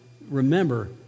remember